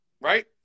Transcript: right